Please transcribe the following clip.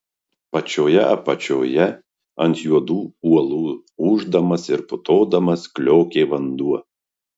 pačioje apačioje ant juodų uolų ūždamas ir putodamas kliokė vanduo